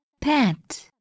Pet